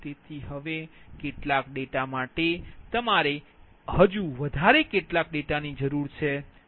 તેથી હવે કેટલાક ડેટા માટે તમારે કેટલાક ડેટાની જરૂર છે